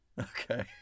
Okay